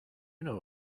know